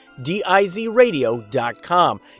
DIZradio.com